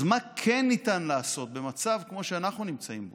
אז מה כן ניתן לעשות במצב כמו שאנחנו נמצאים בו,